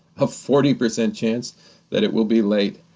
a forty percent chance that it will be late,